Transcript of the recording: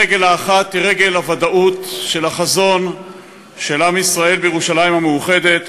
הרגל האחת היא רגל הוודאות של החזון של עם ישראל בירושלים המאוחדת,